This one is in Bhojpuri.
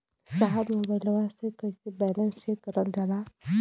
साहब मोबइलवा से कईसे बैलेंस चेक करल जाला?